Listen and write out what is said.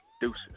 Deuces